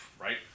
Right